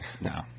no